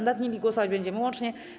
Nad nimi głosować będziemy łącznie.